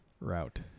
route